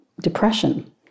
depression